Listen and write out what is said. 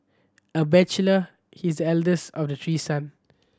a bachelor he is the eldest of the three son